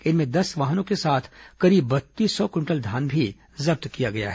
इनमें दस वाहनों के साथ करीब बत्तीस सौ क्विंटल धान भी जब्त किया गया है